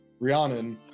Rihanna